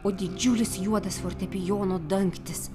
o didžiulis juodas fortepijono dangtis